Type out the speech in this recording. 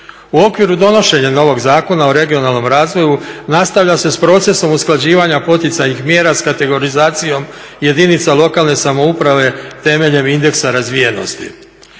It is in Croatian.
U okviru donošenja novog Zakona o regionalnom razvoju nastavlja se s procesom usklađivanja poticajnih mjera s kategorizacijom jedinica lokalne samouprave temeljem indeksa razvijenosti.